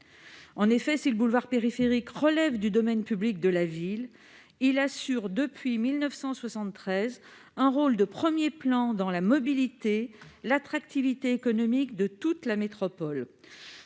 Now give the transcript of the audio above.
En effet, s'il relève du domaine public de la ville, il assure depuis 1973 un rôle de premier plan dans la mobilité et l'attractivité économique de toute la métropole.